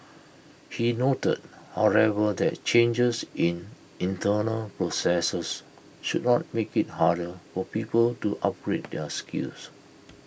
he noted however that changes in internal processes should not make IT harder for people to upgrade their skills